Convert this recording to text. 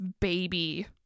baby